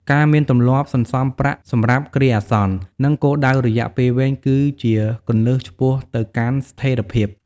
ការមានទម្លាប់សន្សំប្រាក់សម្រាប់គ្រាអាសន្ន និងគោលដៅរយៈពេលវែង គឺជាគន្លឹះឆ្ពោះទៅកាន់ស្ថិរភាព។